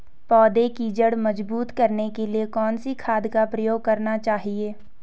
पौधें की जड़ मजबूत करने के लिए कौन सी खाद का प्रयोग करना चाहिए?